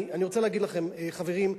אני רוצה להגיד לכם, חברים,